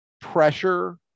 pressure